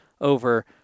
over